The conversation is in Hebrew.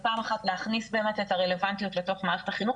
ופעם אחת להכניס באמת את הרלוונטיות לתוך מערכת החינוך